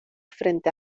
frente